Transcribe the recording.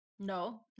No